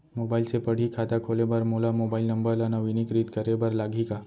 Mobile से पड़ही खाता खोले बर मोला मोबाइल नंबर ल नवीनीकृत करे बर लागही का?